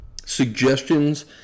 suggestions